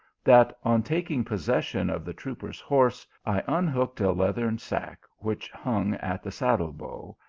that, on taking possession of the trooper s horse, i unhooked a leathern sack which hung at the saddle bow,